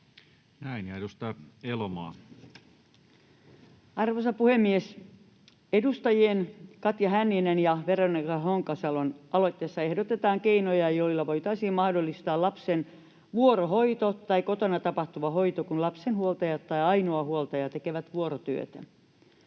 Content: Arvoisa puhemies! Edustajien Katja Hänninen ja Veronika Honkasalo aloitteessa ehdotetaan keinoja, joilla voitaisiin mahdollistaa lapsen vuorohoito tai kotona tapahtuva hoito, kun lapsen huoltajat tai ainoa huoltaja tekee vuorotyötä.